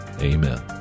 Amen